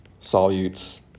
solutes